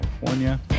California